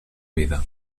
vida